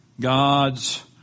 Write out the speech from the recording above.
God's